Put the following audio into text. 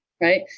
right